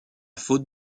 faute